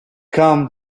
come